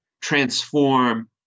transform